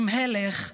אם הלך,